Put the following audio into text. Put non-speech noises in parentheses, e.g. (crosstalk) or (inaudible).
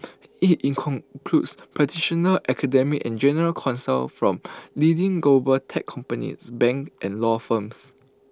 IT (unintelligible) practitioners academics and general counsel from leading global tech companies bank and law firms